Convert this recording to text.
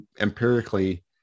empirically